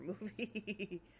movie